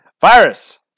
Virus